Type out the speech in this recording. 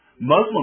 Muslim